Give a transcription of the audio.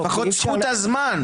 לפחות זכות הזמן.